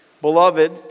beloved